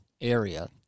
area